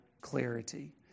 clarity